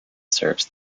serves